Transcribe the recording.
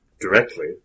directly